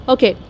Okay